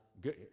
good